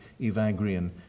Evagrian